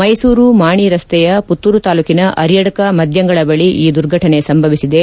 ಮೈಸೂರು ಮಾಣಿ ರಸ್ತೆಯ ಪುತ್ತೂರು ತಾಲೂಕಿನ ಅರಿಯಡ್ಕ ಮದ್ಯಂಗಳ ಬಳಿ ಈ ದುರ್ಘಟನೆ ಸಂಭವಿಸಿದೆ